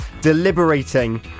deliberating